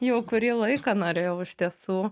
jau kurį laiką norėjau iš tiesų